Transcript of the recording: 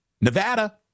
Nevada